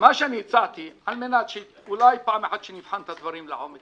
מה שהצעתי על מנת שאולי פעם אחת נבחן את הדברים לעומק,